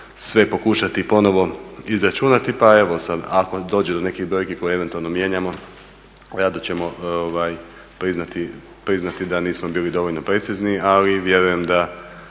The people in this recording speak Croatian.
sve pokušati ponovo izračunati pa ako dođe do nekih brojki koje eventualno mijenjamo rado ćemo priznati da nismo bili dovoljno precizni, ali vjerujem da